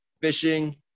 fishing